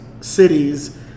cities